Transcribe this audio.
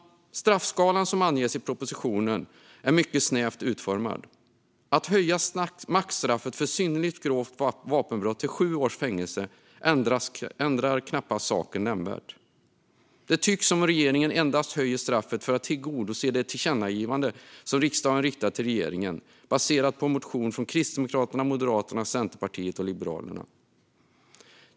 Straffskalan som anges i propositionen är mycket snävt utformad. Att höja maxstraffet för synnerligen grovt vapenbrott till sju års fängelse ändrar knappast saken nämnvärt. Det tycks som om regeringen endast höjer straffet för att tillgodose det tillkännagivande som riksdagen riktat till regeringen baserat på en motion från Kristdemokraterna, Moderaterna, Centerpartiet och Liberalerna.